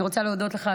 אני רוצה להודות לך,